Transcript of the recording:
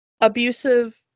abusive